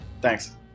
Thanks